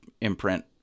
imprint